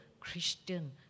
Christian